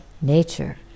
nature